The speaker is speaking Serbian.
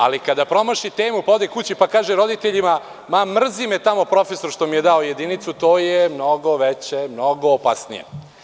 Ali, kada promaši temu i ode kući, pa kaže roditeljima – mrzi me tamo profesor što mi je dao jedinicu, to je mnogo veće, mnogo opasnije.